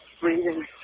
breathing